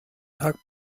tag